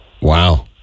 Wow